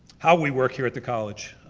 how we work here at the college.